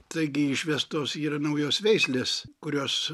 taigi išvestos yra naujos veislės kurios